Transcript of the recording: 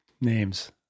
names